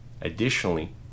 Additionally